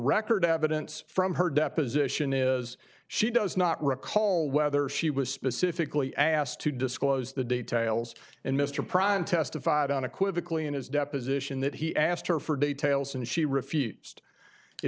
record evidence from her deposition is she does not recall whether she was specifically asked to disclose the details and mr prime testified on equivocally in his deposition that he asked her for details and she refused it